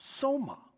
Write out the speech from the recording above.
soma